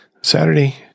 Saturday